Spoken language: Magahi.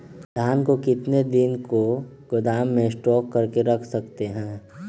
धान को कितने दिन को गोदाम में स्टॉक करके रख सकते हैँ?